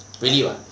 really [what]